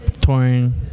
touring